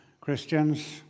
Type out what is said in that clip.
Christians